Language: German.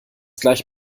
gleich